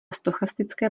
stochastické